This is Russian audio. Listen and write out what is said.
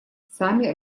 сами